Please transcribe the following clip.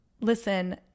listen